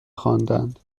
خواندند